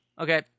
okay